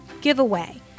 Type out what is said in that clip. giveaway